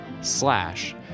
slash